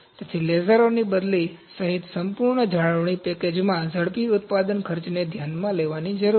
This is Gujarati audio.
તેથી લેસરોની બદલી સહિત સંપૂર્ણ જાળવણી પેકેજમાં ઝડપી ઉત્પાદન ખર્ચને ધ્યાનમાં લેવાની જરૂર છે